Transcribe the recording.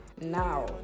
now